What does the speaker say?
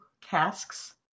casks